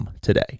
today